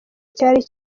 cyari